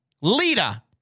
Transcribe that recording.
Lita